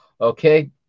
Okay